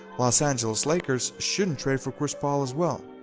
los angeles lakers shouldn't trade for chris paul as well.